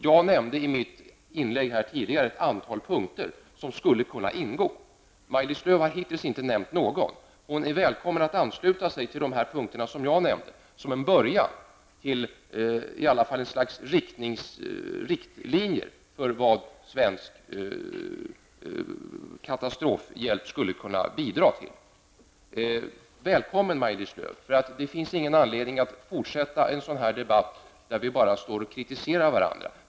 Jag nämnde i mitt inlägg tidigare ett antal punkter som skulle kunna ingå. Maj-Lis Lööw har hittills inte nämnt någon. Hon är välkommen att ansluta sig till de punkter som jag nämnde, som en början till en riktlinje för vad svensk katastrofhjälp skulle kunna bidra med. Välkommen Maj-Lis Lööw! Det finns ingen anledning att fortsätta en debatt där vi bara står och kritiserar varandra.